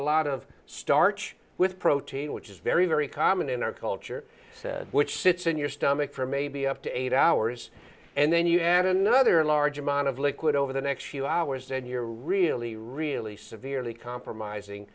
a lot of starch with protein which is very very common in our culture which sits in your stomach for maybe up to eight hours and then you add another large amount of liquid over the next few hours then you're really really severely compromising